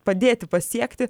padėti pasiekti